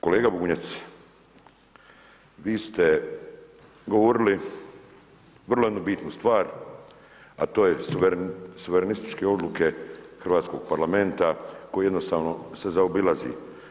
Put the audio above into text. Kolega Bunjac, vi ste govorili vrlo jednu bitnu stvar, a to je suvremenističke odluke Hrvatskog parlamenta, koji jednostavno se zaobilazi.